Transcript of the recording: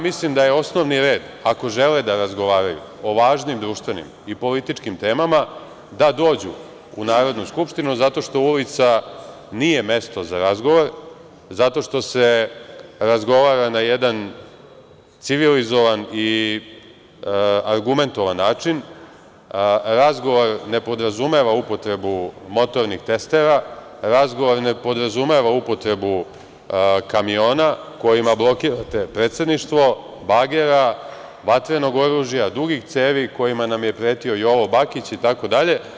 Mislim da je osnovni red, ako žele da razgovaraju o važnim društvenim i političkim temama da dođu u Narodnu skupštinu, zato što ulica nije mesto za razgovor, zato što se razgovara na jedan civilizovan i argumentovan način, razgovor ne podrazumeva upotrebu motornih testera, razgovor ne podrazumeva upotrebu kamiona kojima blokirate predsedništvo, bagera, vatrenog oružja, dugih cevi kojima nam je pretio Jovo Bakić i tako dalje.